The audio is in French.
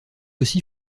aussi